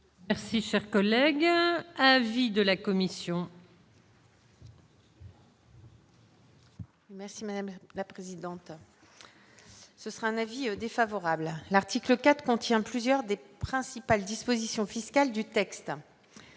Merci, cher collègue à l'avis de la commission. Merci madame la présidente, ce sera un avis défavorable, l'article 4 contient plusieurs dépôts principales dispositions fiscales du texte,